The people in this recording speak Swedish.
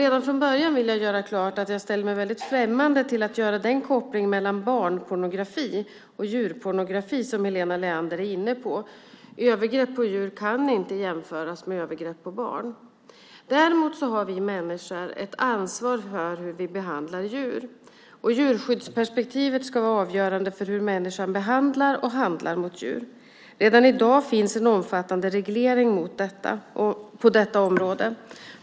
Redan från början vill jag dock göra klart att jag ställer mig främmande till att göra den koppling mellan barnpornografi och djurpornografi som Helena Leander är inne på. Övergrepp på djur kan inte jämföras med övergrepp på barn. Däremot har vi människor ett ansvar för hur vi behandlar djur. Djurskyddsperspektivet ska vara avgörande för hur människan behandlar och handlar mot djur. Redan i dag finns en omfattande reglering på detta område.